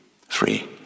Free